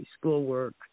schoolwork